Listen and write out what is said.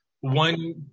One